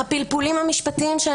הפלפולים המשפטיים שלנו שבאים אחר כך,